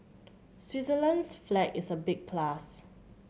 Switzerland's flag is a big plus